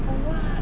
for what